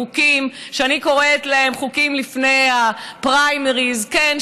החוקים שאני קוראת להם "חוקים לפני הפריימריז" כן,